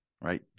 right